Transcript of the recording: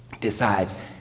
decides